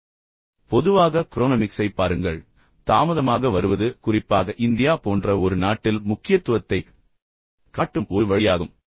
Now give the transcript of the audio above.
இப்போது பொதுவாக க்ரோனமிக்ஸை பாருங்கள் தாமதமாக வருவது குறிப்பாக இந்தியா போன்ற ஒரு நாட்டில் முக்கியத்துவத்தைக் காட்டும் ஒரு வழியாகும்